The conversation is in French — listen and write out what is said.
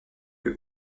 que